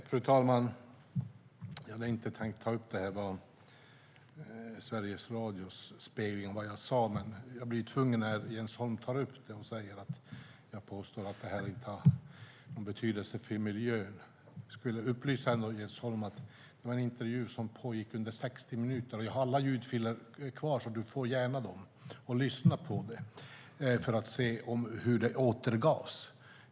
Fru talman! Jag hade inte tänkt ta upp Sveriges Radios spegling av vad jag sa, men jag blir tvungen när Jens Holm tar upp det och säger att jag påstår att köttkonsumtionen inte har någon betydelse för miljön. Jag vill upplysa Jens Holm om att det var en intervju som pågick under 60 minuter. Jag har alla ljudfiler kvar, och du får dem gärna, Jens Holm, så att du kan lyssna på dem och höra hur det återgavs.